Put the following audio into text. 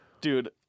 Dude